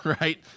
right